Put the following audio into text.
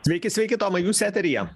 sveiki sveiki tomai jūs eteryje